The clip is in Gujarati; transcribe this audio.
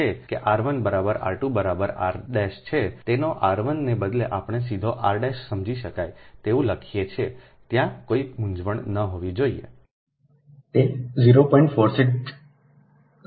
તેથી r 1 ને બદલે આપણે સીધા r સમજી શકાય તેવું લખીએ છીએ ત્યાં કોઈ મૂંઝવણ ન હોવી જોઈએ